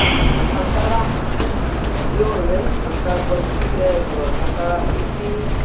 ᱥᱟᱱᱛᱟᱲᱟᱜ ᱡᱤᱭᱚᱱᱨᱮ ᱥᱟᱱᱛᱟᱲ ᱯᱟᱹᱨᱥᱤ ᱥᱮ ᱥᱟᱱᱛᱟᱲᱟᱜ ᱪᱤᱠᱤ